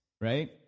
right